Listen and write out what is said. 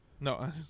No